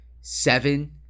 seven